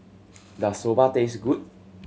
does Soba taste good